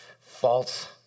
false